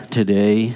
today